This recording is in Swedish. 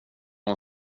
hon